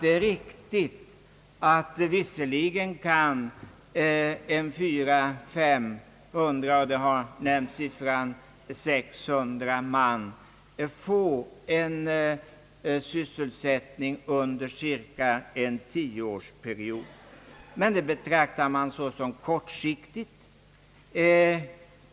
Det har sagts att visserligen kan 400 å 500 man — till och med siffran 600 har nämnts — få sysselsättning under cirka en tioårsperiod, men detta betraktas såsom en kortsiktig vinst.